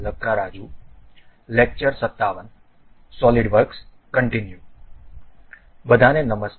બધાને નમસ્તે